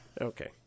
Okay